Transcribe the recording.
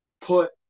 put